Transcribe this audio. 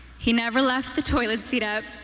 he never left the toilet seat up.